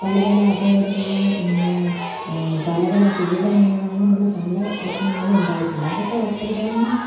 പല പല അപകടങ്ങളും പല പല പീഡനങ്ങളും അങ്ങനെയുള്ള പല പ്രശ്നങ്ങളുമുണ്ടായിട്ടുണ്ട് അതൊക്കെ വസ്ത്രധാരണം